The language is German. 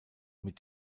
mit